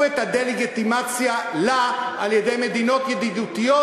את הדה-לגיטימציה לה על-ידי מדינות ידידותיות,